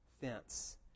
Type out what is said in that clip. fence